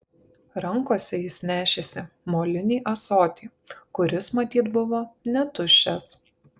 rankose jis nešėsi molinį ąsotį kuris matyt buvo netuščias